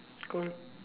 cool